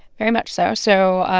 very much so. so